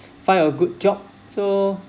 find a good job so